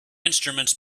instruments